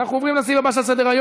אנחנו עוברים לסעיף הבא שעל סדר-היום: